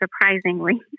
surprisingly